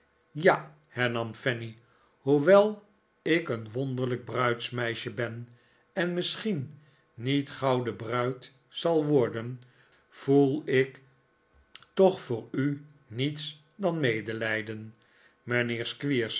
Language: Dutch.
ja hernam fanny hoewel ik een wonderlijk bruidsmeisje ben en misschien niet gauw de bruid zal worden voel ik toch voor u niets dan medelijden